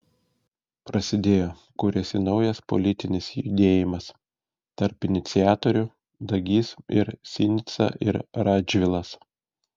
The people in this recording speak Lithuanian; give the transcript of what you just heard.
prasidėjo kuriasi naujas politinis judėjimas tarp iniciatorių dagys ir sinica ir radžvilas